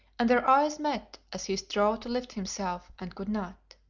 and their eyes met as he strove to lift himself and could not.